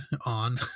on